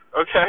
okay